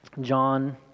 John